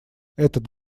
этот